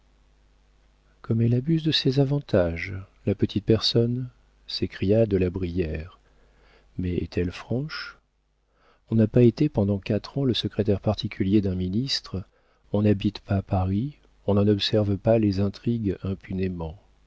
comme elle abuse de ses avantages la petite personne s'écria de la brière mais est-elle franche on n'a pas été pendant quatre ans le secrétaire particulier d'un ministre on n'habite pas paris on n'en observe pas les intrigues impunément